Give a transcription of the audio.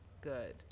good